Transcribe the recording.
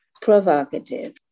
provocative